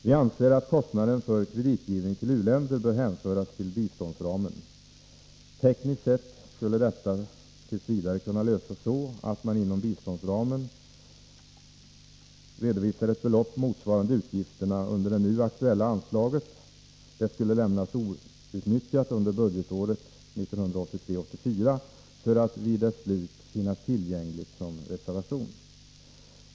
Vi anser att kostnaden för kreditgivning till u-länder bör hänföras till biståndsramen. Tekniskt skulle detta t. v. kunna lösas så, att inom biståndsramen ett belopp motsvarande utgifterna under det nu aktuella anslaget skulle lämnas outnyttjat under budgetåret 1983/84 för att vid dess slut finnas tillgängligt som reservation.